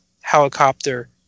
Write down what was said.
helicopter